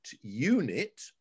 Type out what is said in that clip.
unit